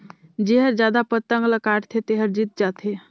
जेहर जादा पतंग ल काटथे तेहर जीत जाथे